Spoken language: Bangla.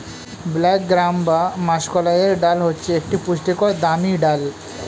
ব্ল্যাক গ্রাম বা মাষকলাইয়ের ডাল হচ্ছে একটি পুষ্টিকর দামি ডাল